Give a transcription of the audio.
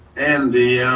and the